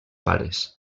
pares